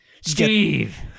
Steve